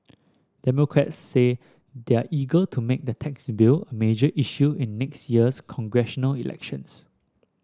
democrats say they're eager to make the tax bill a major issue in next year's congressional elections